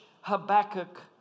Habakkuk